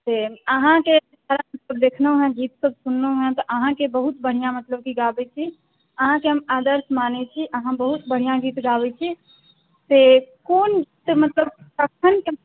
से अहाँके देखलहुँ हेँ गीतसब सुनलहुँ हेँ तऽ अहाँके बहुत बढ़िआँ मतलब गाबै छी अहाँके हम आदर्श मानै छी अहाँ बहुत बढ़िआँ गीत गाबै छी से कोन मतलब कखनके